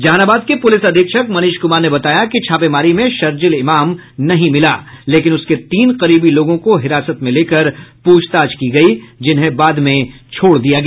जहानाबाद के पुलिस अधीक्षक मनीष कुमार ने बताया कि छापेमारी में शर्जिल इमाम नहीं मिला लेकिन उसके तीन करीबी लोगों को हिरासत में लेकर पूछताछ की गयी जिन्हें बाद में छोड़ दिया गया